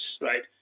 right